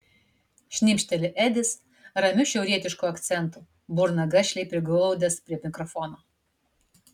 šnipšteli edis ramiu šiaurietišku akcentu burną gašliai priglaudęs prie mikrofono